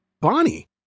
Bonnie